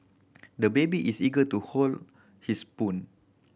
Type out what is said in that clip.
the baby is eager to hold his spoon